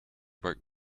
woke